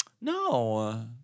No